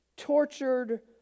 Tortured